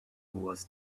was